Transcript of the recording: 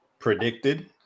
Predicted